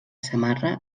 samarra